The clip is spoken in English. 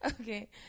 Okay